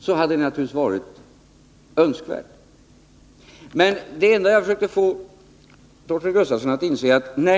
så hade det naturligtvis varit bra. Torsdagen den Det enda jag försökte få Torsten Gustafsson att inse var följande.